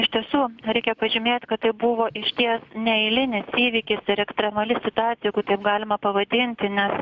iš tiesų reikia pažymėt kad tai buvo išties neeilinis įvykis ir ekstremali situacija jeigu taip galima pavadinti nes